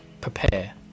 prepare